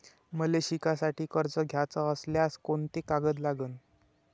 मले शिकासाठी कर्ज घ्याचं असल्यास कोंते कागद लागन?